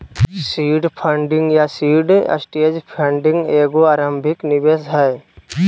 seed funding या seed stage funding एगो आरंभिक निवेश हइ